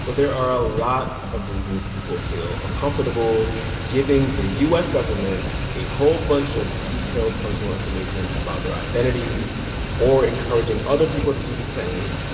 so there are a lot of reasons people feel uncomfortable giving the u s. government a whole bunch of detailed personal information about their identities or encouraging other people to do the same,